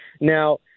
Now